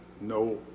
No